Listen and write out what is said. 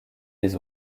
les